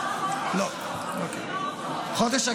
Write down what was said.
לא, חודש.